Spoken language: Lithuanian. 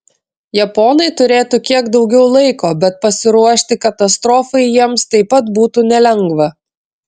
japonai turėtų kiek daugiau laiko bet pasiruošti katastrofai jiems taip pat būtų nelengva